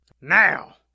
Now